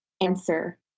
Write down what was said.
answer